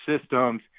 systems